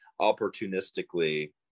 opportunistically